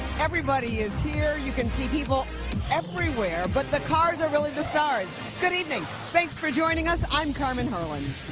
everybody is here, you can see people everywhere, but the cars are really the stars. good evening, thanks for joining us, i'm carmen harland.